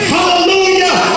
Hallelujah